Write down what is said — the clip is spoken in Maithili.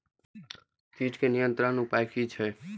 कीटके नियंत्रण उपाय कि छै?